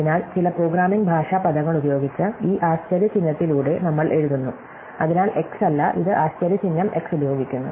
അതിനാൽ ചില പ്രോഗ്രാമിംഗ് ഭാഷാ പദങ്ങൾ ഉപയോഗിച്ച് ഈ ആശ്ചര്യചിഹ്നത്തിലൂടെ നമ്മൾ എഴുതുന്നു അതിനാൽ x അല്ല ഇത് ആശ്ചര്യചിഹ്നം x ഉപയോഗിക്കുന്നു